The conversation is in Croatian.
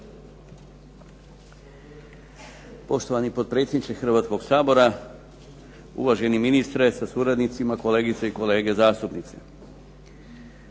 Poštovani potpredsjedniče Hrvatskoga sabora, uvaženi ministre sa suradnicima, kolegice i kolege zastupnici.